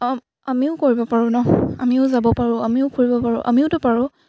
আমিও কৰিব পাৰোঁ নহ্ আমিও যাব পাৰোঁ আমিও ফুৰিব পাৰোঁ আমিওতো পাৰোঁ